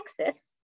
Texas